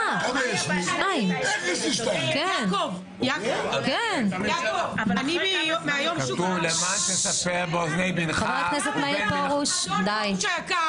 חבר הכנסת מאיר פרוש, די.